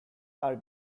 are